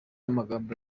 amagambo